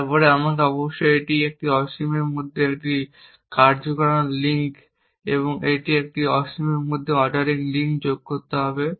তারপর আমাকে অবশ্যই এটি এবং একটি অসীমের মধ্যে একটি কার্যকারণ লিঙ্ক এবং এটি এবং একটি অসীমের মধ্যে একটি অর্ডারিং লিঙ্ক যোগ করতে হবে